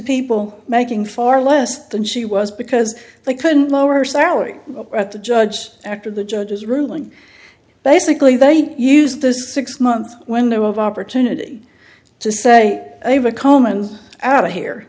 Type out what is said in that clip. people making far less than she was because they couldn't lower salary at the judge after the judge's ruling basically they use the six month window of opportunity to say they were common out here